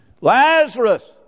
Lazarus